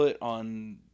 on